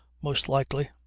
most likely.